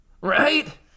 Right